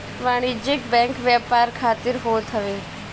वाणिज्यिक बैंक व्यापार खातिर होत हवे